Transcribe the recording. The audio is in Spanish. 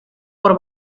por